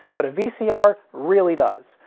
but a vcr really does.